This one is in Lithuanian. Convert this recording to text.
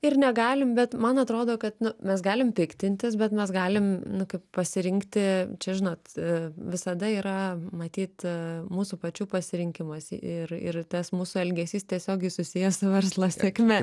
ir negalim bet man atrodo kad nu mes galim piktintis bet mes galim nu kaip pasirinkti čia žinot visada yra matyt mūsų pačių pasirinkimuose ir ir tas mūsų elgesys tiesiogiai susijęs su verslo sėkme